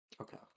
Okay